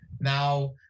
now